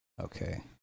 Okay